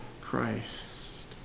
Christ